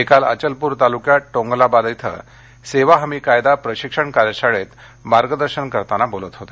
ते काल अचलपूर तालुक्यात टोंगलाबाद इथं सेवा हमी कायदा प्रशिक्षण कार्यशाळेत मार्गदर्शन करतांना बोलत होते